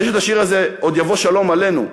יש השיר הזה "עוד יבוא שלום עלינו".